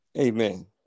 Amen